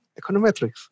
econometrics